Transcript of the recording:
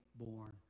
born